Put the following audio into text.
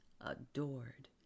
adored